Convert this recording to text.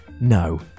no